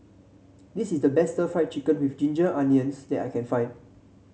this is the best Stir Fried Chicken with Ginger Onions that I can find